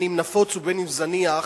אם נפוץ ואם זניח,